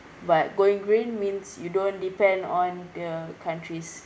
but going green means you don't depend on the countries